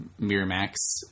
Miramax